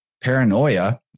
paranoia